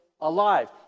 alive